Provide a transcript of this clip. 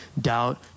doubt